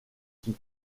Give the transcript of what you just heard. qui